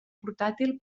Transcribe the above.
portàtil